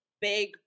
big